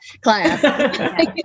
class